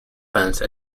fence